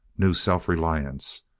new self-reliance.